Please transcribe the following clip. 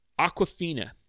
Aquafina